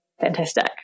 fantastic